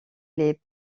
les